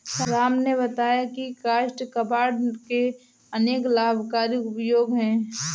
राम ने बताया की काष्ठ कबाड़ के अनेक लाभकारी उपयोग हैं